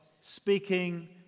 speaking